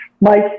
Mike